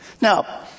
Now